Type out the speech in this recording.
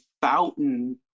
fountain